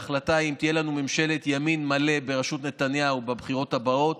ההחלטה היא אם תהיה לנו ממשלת ימין מלא בראשות נתניהו בבחירות הבאות